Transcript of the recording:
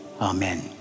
Amen